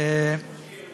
האישור